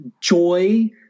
joy